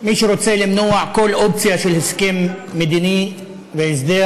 מי שרוצה למנוע כל אופציה של הסכם מדיני והסדר